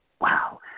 Wow